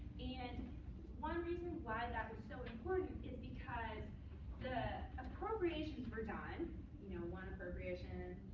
and one reason why that was so important is because the appropriations were done you know one appropriation